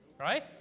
Right